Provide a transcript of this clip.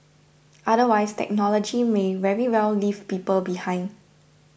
otherwise technology may very well leave people behind